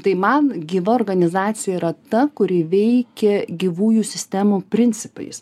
tai man gyva organizacija yra ta kuri veikia gyvųjų sistemų principais